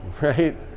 right